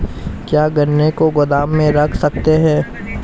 क्या गन्ने को गोदाम में रख सकते हैं?